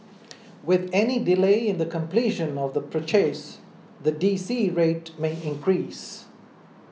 with any delay in the completion of the purchase the D C rate may increase